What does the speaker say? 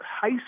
high